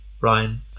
Ryan